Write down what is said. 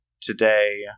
today